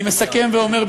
אני מסכם ואומר,